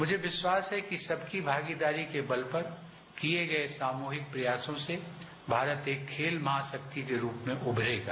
मुझे विश्वास है कि सबकी भागीदारी के बल पर किए गए सामूहिक प्रयासों से भारत एक खेल महाशक्ति के रूप में उभरेगा